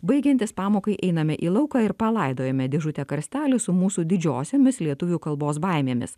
baigiantis pamokai einame į lauką ir palaidojame dėžutę karstelių su mūsų didžiosiomis lietuvių kalbos baimėmis